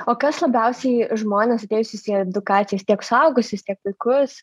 o kas labiausiai žmones atėjusius į edukacijas tiek suaugusius tiek vaikus